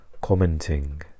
commenting